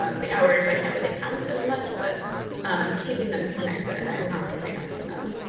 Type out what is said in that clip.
ah the hours i can't really count as much but i'm keeping them connected, i'm not giving up on them.